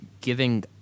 giving